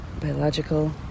biological